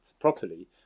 properly